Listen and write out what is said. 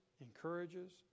encourages